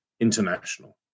international